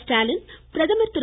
ஸ்டாலின் பிரதமர் திரு